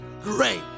great